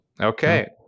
Okay